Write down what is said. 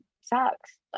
sucks